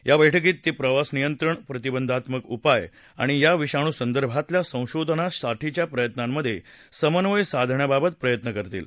या बैठकीत ते प्रवास नियंत्रण प्रतिबंधात्मक उपाय आणि या विषाणूसंदर्भातल्या संशोधनासाठीच्या प्रयत्नांमधे समन्वय साधण्याबाबत प्रयत्न करतील